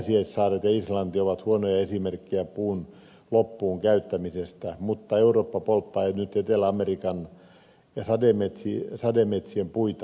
pääsiäissaaret ja islanti ovat huonoja esimerkkejä puun loppuun käyttämisestä mutta eurooppa polttaa nyt etelä amerikan ja sademetsien puita